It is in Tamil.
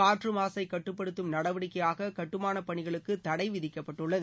காற்று மாசை கட்டுப்படுத்தும் நடவடிக்கையாக கட்டுமானப் பணிகளுக்கு தடை விதிக்கப்பட்டுள்ளது